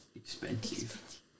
Expensive